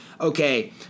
okay